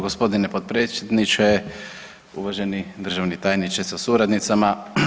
g. potpredsjedniče, uvaženi državni tajniče sa suradnicama.